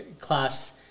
class